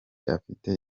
afite